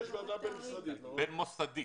ועדה בין-מוסדית.